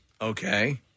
Okay